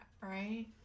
right